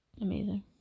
amazing